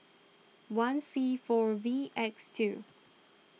one C four V X two